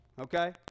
Okay